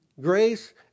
Grace